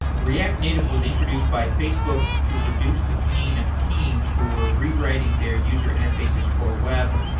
react native was introduced by facebook to reduce the pain of teams who were rewriting their user interfaces for web,